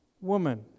woman